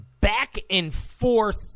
back-and-forth